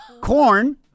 corn